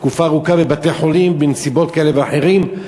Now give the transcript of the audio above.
תקופה ארוכה בבתי-חולים בנסיבות כאלה ואחרות,